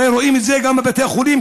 הרי רואים את זה גם בבתי החולים,